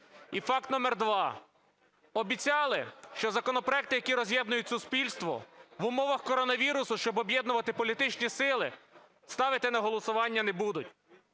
І факт номер 2. Обіцяли, що законопроекти, які роз'єднують суспільство в умовах коронавірусу, щоб об'єднувати політичні сили, ставити на голосування не будуть.